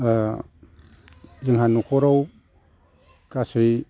जोंहा न'खराव गासै